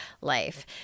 life